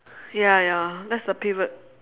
ya ya that's the pivot